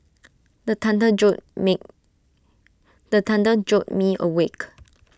the thunder jolt me the thunder jolt me awake